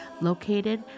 located